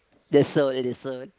that's so it is so